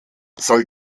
soll